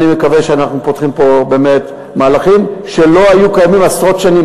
אני מקווה שאנחנו פותחים פה באמת מהלכים שלא היו קיימים עשרות שנים.